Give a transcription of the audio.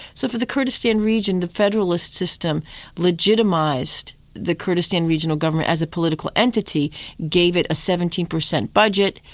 so for the kurdistan region, the federalist system legitimised the kurdistan regional government as a political entity gave it a seventeen per cent budget,